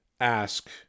ask